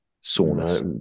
soreness